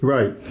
Right